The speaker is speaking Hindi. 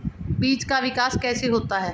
बीज का विकास कैसे होता है?